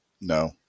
No